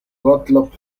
gottlob